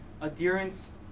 adherence